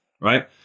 right